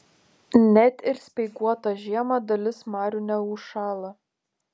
net ir speiguotą žiemą dalis marių neužšąla